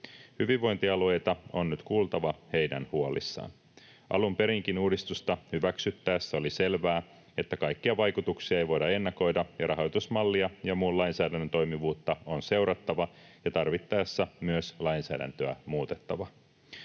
Hyvinvointialueita on nyt kuultava heidän huolissaan. Alun perinkin uudistusta hyväksyttäessä oli selvää, että kaikkia vaikutuksia ei voida ennakoida ja rahoitusmallia ja muun lainsäädännön toimivuutta on seurattava ja tarvittaessa myös lainsäädäntöä muutettava.